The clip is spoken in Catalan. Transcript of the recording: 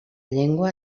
llengua